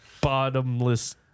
bottomless